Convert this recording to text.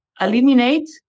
eliminate